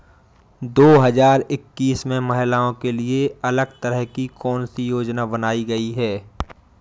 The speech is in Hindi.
दो हजार इक्कीस में महिलाओं के लिए अलग तरह की कौन सी योजना बनाई गई है?